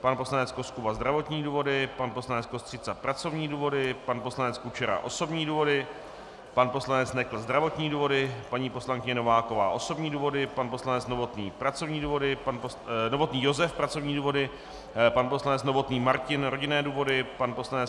pan poslanec Koskuba zdravotní důvody, pan poslanec Kostřica pracovní důvody, pan poslanec Kučera osobní důvody, pan poslanec Nekl zdravotní důvody, paní poslankyně Nováková osobní důvody, pan poslanec Novotný Josef pracovní důvody, pan poslanec Novotný Martin rodinné důvody, pan poslanec